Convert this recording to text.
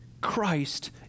Christ